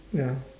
ya